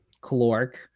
caloric